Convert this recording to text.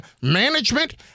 management